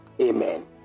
amen